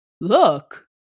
Look